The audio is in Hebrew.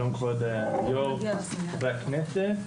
שלום כבוד היו״ר וחברי הכנסת.